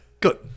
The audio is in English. good